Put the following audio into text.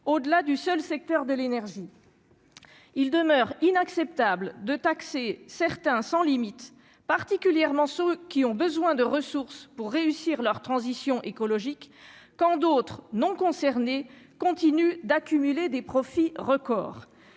au-delà du seul secteur de l'énergie, il demeure inacceptable de taxer certains sans limite, particulièrement ceux qui ont besoin de ressources pour réussir leur transition écologique, quand d'autres, non concernés continue d'accumuler des profits records